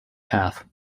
path